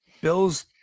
Bills